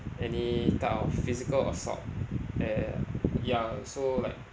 any type of physical assault and ya so like